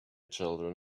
children